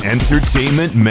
Entertainment